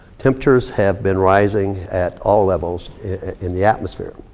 temperatures have been rising at all levels in the atmosphere.